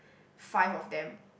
five of them